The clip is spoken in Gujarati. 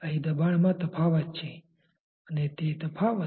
અહી દબાણમાં તફાવત છે અને તે તફાવત